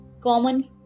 common